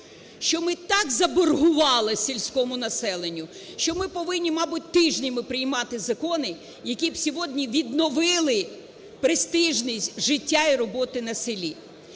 що ми так заборгували сільському населенню, що ми повинні, мабуть, тижнями приймати закони, які б сьогодні відновили престижність життя і роботи на селі.